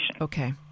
Okay